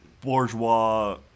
bourgeois